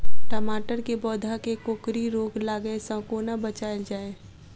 टमाटर केँ पौधा केँ कोकरी रोग लागै सऽ कोना बचाएल जाएँ?